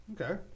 Okay